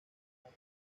egeo